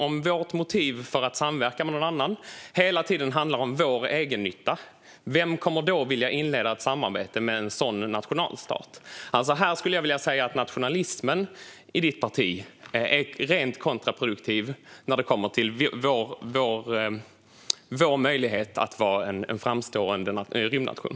Om vårt motiv för att samverka med någon annan hela tiden handlar om vår egennytta, vem kommer då att vilja inleda ett samarbete med en sådan nationalstat? Här skulle jag vilja säga att nationalismen i Robert Stenkvists parti är rent kontraproduktiv när det kommer till vår möjlighet att vara en framstående rymdnation.